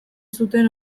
zuten